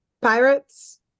pirates